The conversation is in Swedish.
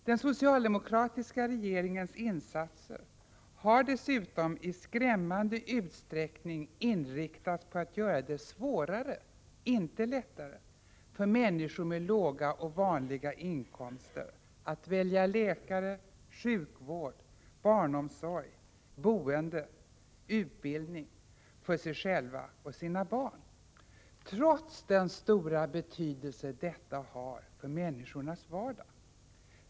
Den socialdemokratiska regeringens insatser har dessutom i skrämmande utsträckning inriktats på att göra det svårare — inte lättare — för människor med låga och vanliga inkomster att välja läkare, sjukvård, barnomsorg, boende, utbildning för sig själva och sina barn, trots den stora betydelse detta har för människornas vardag.